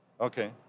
Okay